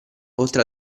oltre